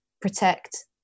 protect